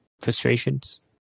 frustrations